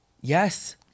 yes